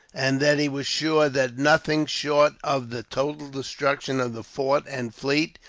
and that he was sure that nothing, short of the total destruction of the fort and fleet,